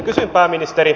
kysyn pääministeri